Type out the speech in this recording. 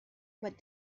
but